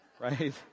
Right